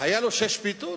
היו לו שש פיתות,